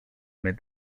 mes